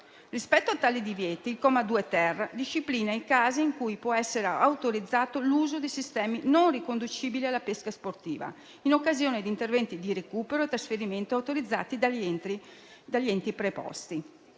Rispetto a tali divieti, il comma 2-*ter* disciplina i casi in cui può essere autorizzato l'uso di sistemi non riconducibili alla pesca sportiva, in occasione di interventi di recupero e trasferimento autorizzati dagli enti preposti.